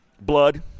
Blood